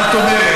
מה את אומרת?